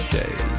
day